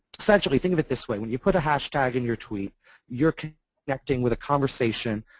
essentially think of this way, when you put a hash tag in your tweet you're connecting with a conversation.